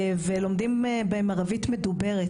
ולומדים בהם ערבית מדוברת,